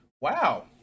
Wow